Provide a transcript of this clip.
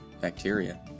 bacteria